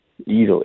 Easily